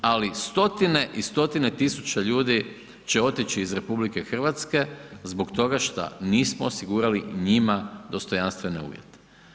Ali, stotine i stotine tisuća ljudi će otići iz RH zbog toga što nismo osigurali njima dostojanstvene uvjete.